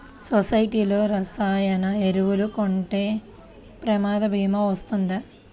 సొసైటీలో రసాయన ఎరువులు కొంటే ప్రమాద భీమా వస్తుందా?